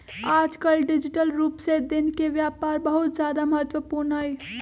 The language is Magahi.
आजकल डिजिटल रूप से दिन के व्यापार बहुत ज्यादा महत्वपूर्ण हई